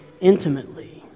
intimately